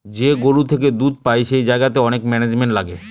যে গরু থেকে দুধ পাই সেই জায়গাতে অনেক ম্যানেজমেন্ট লাগে